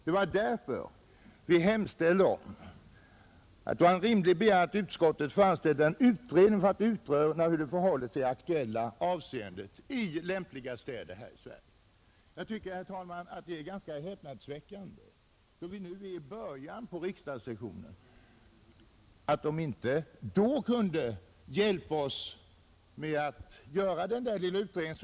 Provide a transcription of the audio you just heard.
Det var därför vi som en rimlig begäran hemställde att utskottet skulle föranstalta om en utredning i lämpliga städer här i Sverige för att utröna hur det förhåller sig i det aktuella avseendet. Jag tycker, herr talman, att det är häpnadsväckande, att man nu i början på riksdagssessionen inte vill hjälpa oss med den lilla utredningen.